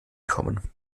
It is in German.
kommen